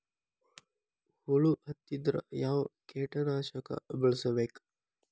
ಹುಳು ಹತ್ತಿದ್ರೆ ಯಾವ ಕೇಟನಾಶಕ ಬಳಸಬೇಕ?